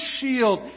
shield